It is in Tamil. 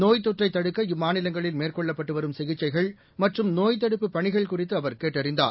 நோய்த் தொற்றைத் தடுக்க இம்மாநிலங்களில் மேற்கொள்ளப்பட்டுவரும் சிகிச்சைகள் மற்றும் நோய்த் தடுப்புப் பணிகள் குறித்துஅவர் கேட்டறிந்தார்